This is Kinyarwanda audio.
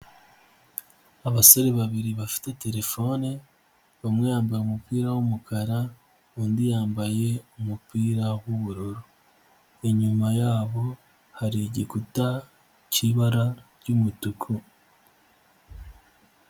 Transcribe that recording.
Abasore babiri bafite terefone, umwe yambaye umupira w'umukara, undi yambaye umupira w'ubururu, inyuma yabo hari igikuta cy'ibara ry'umutuku.